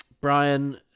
Brian